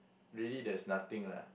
really there's nothing lah